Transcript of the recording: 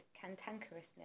cantankerousness